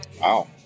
wow